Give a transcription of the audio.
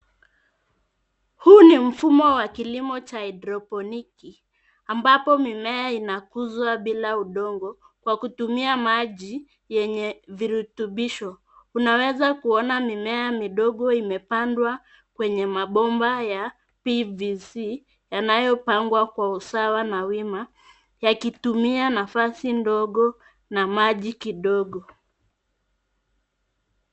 Huu ni mfumo cha kilimo ya hydroponiki ambapo mimea inakuzwa bila udongo kwa kutumia maji yenye virutubisho. Unaweza kuona mimea midogo imepandwa kwenye mabomba ya PVC yanayopangwa kwa usawa na wima, yakitumia nafasi ndogo na maji kidogo.